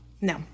No